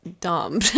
dumb